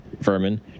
vermin